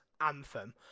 Anthem